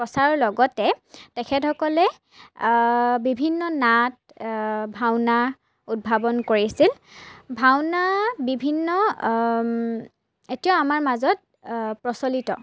প্ৰচাৰৰ লগতে তেখেতসকলে বিভিন্ন নাট ভাওনা উদ্ভাৱন কৰিছিল ভাওনা বিভিন্ন এতিয়াও আমাৰ মাজত প্ৰচলিত